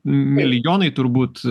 milijonai turbūt